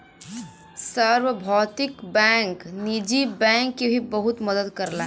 सार्वभौमिक बैंक निजी बैंक के भी बहुत मदद करला